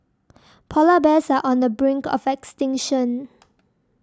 Polar Bears are on the brink of extinction